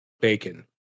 bacon